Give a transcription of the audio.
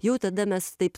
jau tada mes taip